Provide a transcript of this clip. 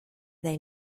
they